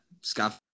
Scott